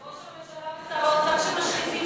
אלה ראש הממשלה ושר האוצר שמשחיזים סכינים.